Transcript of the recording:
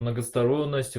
многосторонность